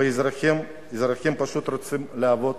והאזרחים פשוט רוצים לעבוד